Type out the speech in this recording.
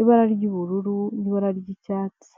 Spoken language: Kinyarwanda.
ibara ry'ubururu n'ibara ry'icyatsi.